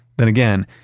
then again,